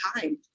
time